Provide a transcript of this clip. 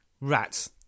Rats